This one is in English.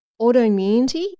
Autoimmunity